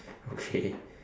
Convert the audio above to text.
okay